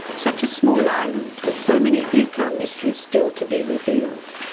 such a small island with so many eco-mysteries still to be revealed.